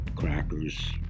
crackers